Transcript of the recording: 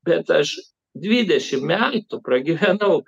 bet aš dvidešim metų pragyvenau